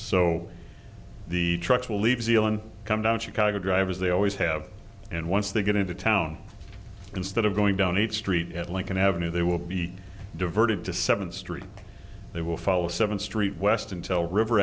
zealand come down chicago drivers they always have and once they get into town instead of going down each street at lincoln avenue they will be diverted to seventh street they will follow seventh street west until river